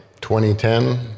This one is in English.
2010